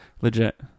Legit